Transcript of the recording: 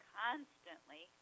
constantly